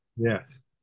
Yes